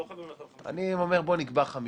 לא חייבים 50. אני אומר שנקבע 50